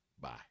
bye